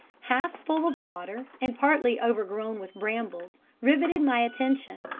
half full of water and partly overgrown with brambles, riveted my attention,